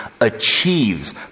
achieves